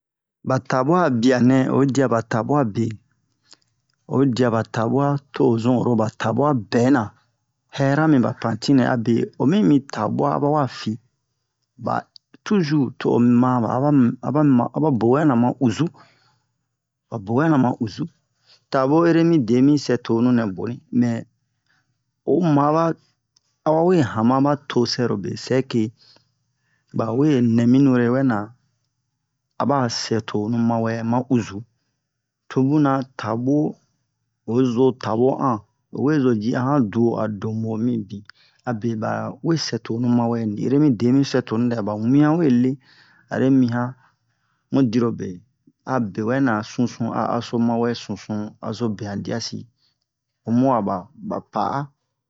ba tabua a bianɛ o yi dia ba tabua be oyi dia ba tabua to zun oro ba tabua bɛna hɛra mi ba pantine abe omi mi tabua a ba wa fi ba tuzur to ma ba aba mu aba bo wɛna ma uzu ba bo wɛna ma uzu tabo ere mide mi sɛ tonu nɛ boni mɛ o ma aba a bawe hama ba tosɛrobe sɛke ba we nɛ mi nure wɛna aba sɛ tonu ma wɛ ma uzu to buna tabo oyi zo tabo han o we zo ji a han duwo a dobo mibin abe ba we sɛ tonu ma wɛ ni ere mide mi sɛ tonu ji dɛ ba wi'an we le are mi han mu dirobe a be wɛna sun-sun a aso ma wɛ sun-sun a zo be han dia si o mu'a ba ba pa'a